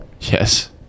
yes